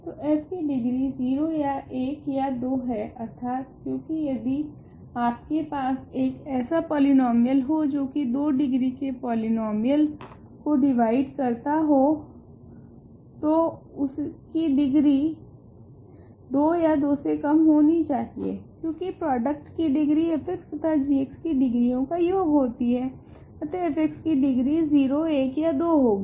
तो f की degree 0 या 1 या 2 है अर्थात क्योकि यदि आपके पास एक ऐसा पॉलीनोमीयल हो जो की 2 डिग्री के पॉलीनोमीयल को डिवाइड करता हो तो उसकी डिग्री 2 या 2 से कम होनी चाहिए क्योकि प्रॉडक्ट की डिग्री f तथा g की डिग्रीयों का योग होती है अतः f की डिग्री 0 1 या 2 होगी